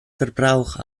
verbrauch